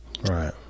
Right